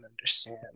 understand